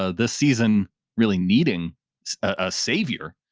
ah this season really needing a savior,